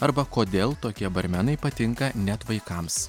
arba kodėl tokie barmenai patinka net vaikams